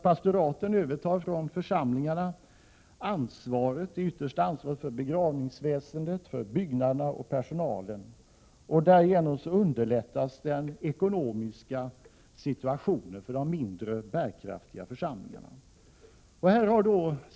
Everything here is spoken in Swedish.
Pastoraten övertar från församlingarna det yttersta ansvaret för begravningsväsendet, för byggnaderna och för personalen, och därigenom underlättas den ekonomiska situationen för de mindre bärkraftiga församlingarna.